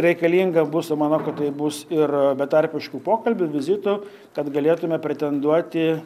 reikalinga bus manau kad tai bus ir betarpiškų pokalbių vizitų kad galėtume pretenduoti